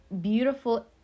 beautiful